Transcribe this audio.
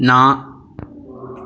ਨਾ